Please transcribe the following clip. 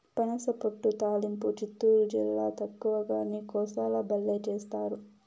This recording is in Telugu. పనసపొట్టు తాలింపు చిత్తూరు జిల్లాల తక్కువగానీ, కోస్తాల బల్లే చేస్తారు